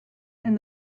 and